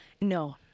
No